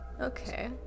okay